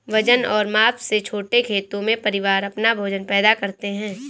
वजन और माप से छोटे खेतों में, परिवार अपना भोजन पैदा करते है